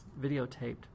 videotaped